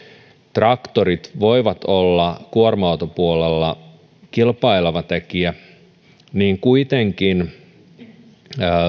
traktorit voivat olla kuorma autopuolella kilpaileva tekijä niin kuitenkin